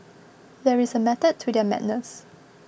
there is a method to their madness